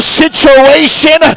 situation